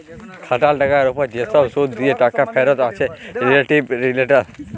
খাটাল টাকার উপর যে সব শুধ দিয়ে টাকা ফেরত আছে রিলেটিভ রিটারল